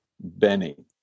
Benny